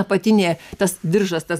apatinė tas diržas tas